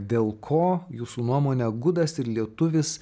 dėl ko jūsų nuomone gudas ir lietuvis